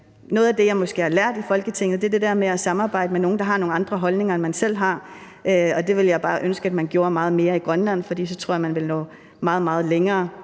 noget af det, jeg måske har lært i Folketinget, er det der med at samarbejde med nogle, der har nogle andre holdninger, end man selv har. Det ville jeg bare ønske at man gjorde meget mere i Grønland, for så tror jeg vi ville nå meget, meget